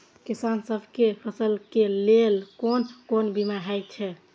किसान सब के फसल के लेल कोन कोन बीमा हे छे?